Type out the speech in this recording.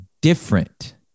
different